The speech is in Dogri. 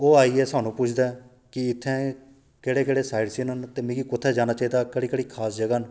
ओह् आइयै सानू पुछदा ऐ कि इत्थे केह्ड़े केह्ड़े साइड सीन न ते मि कुत्थै कुत्थै जाना चाहिदा केह्ड़ी केह्ड़ी खास जगह न